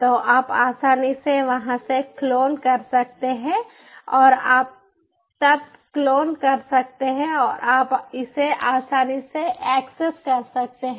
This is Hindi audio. तो आप आसानी से वहाँ से क्लोन कर सकते हैं और आप तब क्लोन कर सकते हैं और आप इसे आसानी से एक्सेस कर सकते हैं